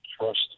Trust